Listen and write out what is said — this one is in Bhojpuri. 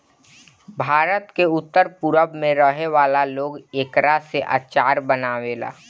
भारत के उत्तर पूरब में रहे वाला लोग एकरा से अचार बनावेला